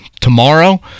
tomorrow